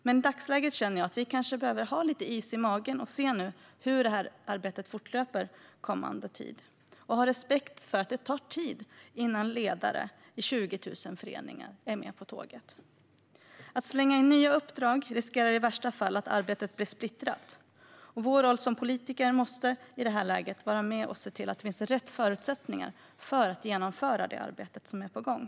Men i dagsläget känner jag att vi kanske behöver ha lite is i magen och se hur arbetet fortlöper och ha respekt för att det tar tid innan alla ledare i 20 000 föreningar är med tåget. Att slänga in nya uppdrag riskerar i värsta fall att arbetet blir splittrat. Vår roll som politiker måste i det här läget vara att se till att det finns rätt förutsättningar för att genomföra det arbete som är på gång.